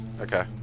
Okay